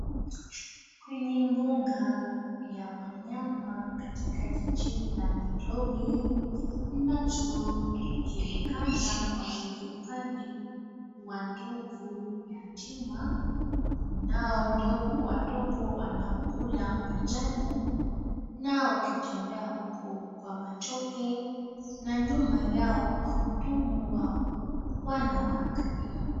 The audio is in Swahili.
Kwenye mbuga ya wanyama katika jiji la Nairobi inachojulikana kwa uhifadhi wa ndovu yatima. Kunao ndovu wadogo wanaokula majani na wakitembea huku kwa matope na nyuma yao wahudumu wao wanawaangalia.